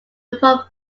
reform